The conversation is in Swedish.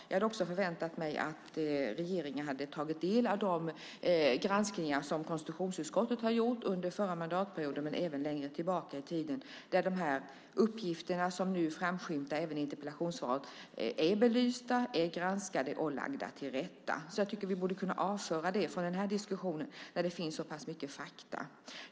Jag hade också förväntat mig att regeringen hade tagit del av de granskningar som konstitutionsutskottet gjorde under förra mandatperioden men även längre tillbaka i tiden där uppgifterna som framskymtar i interpellationssvaret är belysta, granskade och lagda till rätta. Jag tycker att vi borde kunna avföra det från denna diskussion när det finns så mycket fakta.